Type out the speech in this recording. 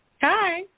Hi